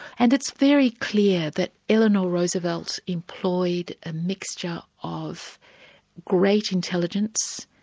and it's very clear that eleanor roosevelt employed a mixture of great intelligence,